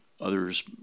others